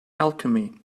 alchemy